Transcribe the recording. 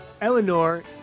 Eleanor